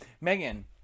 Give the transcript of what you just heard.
Megan